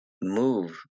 move